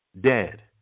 Dead